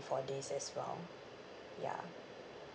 for this as well ya